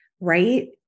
right